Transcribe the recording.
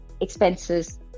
expenses